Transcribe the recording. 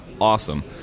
awesome